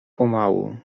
pomału